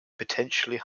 potentially